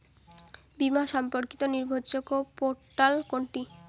বীমা সম্পর্কিত নির্ভরযোগ্য পোর্টাল কোনটি?